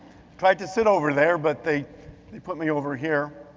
tried to sit over there, but they they put me over here.